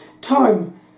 time